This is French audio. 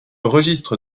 registre